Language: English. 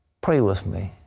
pray with me.